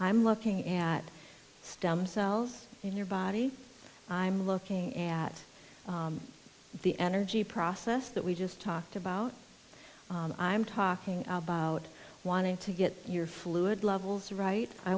i'm looking at stem cells in your body i'm looking at the energy process that we just talked about and i'm talking about wanting to get your fluid levels right i